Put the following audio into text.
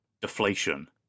deflation